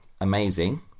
amazing